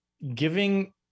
Giving